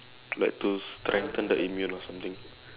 like to strengthen the immune or something